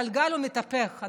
הגלגל מתהפך,